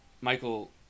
michael